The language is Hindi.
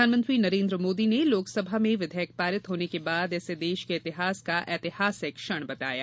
प्रधानमंत्री नरेन्द्र मोदी ने लोकसभा में विधेयक पारित होने के बाद इसे देश के इतिहास का ऐतिहासिक क्षण बताया